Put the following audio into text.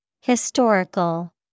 Historical